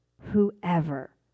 Whoever